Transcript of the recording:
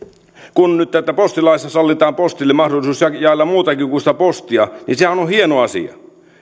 kun nyt postilaissa sallitaan postille mahdollisuus jaella muutakin kuin sitä postia niin sehän on on hieno asia